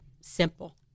simple